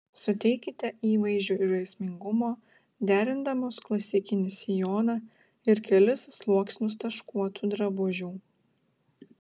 suteikite įvaizdžiui žaismingumo derindamos klasikinį sijoną ir kelis sluoksnius taškuotų drabužių